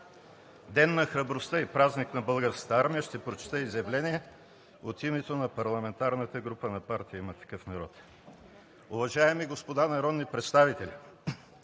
Ден на храбростта и празник на Българската армия, ще прочета изявление от името на парламентарната група на партия „Има такъв народ“. Уважаеми дами и господа народни представители,